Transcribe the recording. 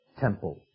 temple